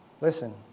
Listen